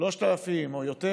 3,000 שקלים או יותר